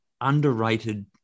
underrated